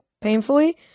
painfully